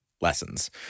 lessons